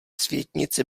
světnici